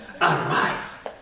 Arise